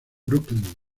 brooklyn